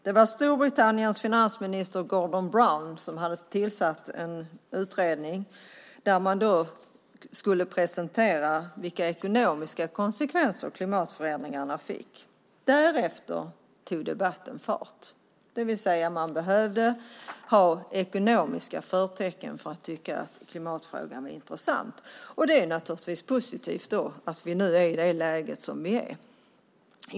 Det var Storbritanniens finansminister Gordon Brown som hade tillsatt en utredning som skulle presentera de ekonomiska konsekvenser som klimatförändringarna medförde. Därefter tog debatten fart. Det behövdes alltså ekonomiska förtecken för att tycka att klimatfrågan var intressant. Det är naturligtvis positivt att vi nu är i det läge som vi är.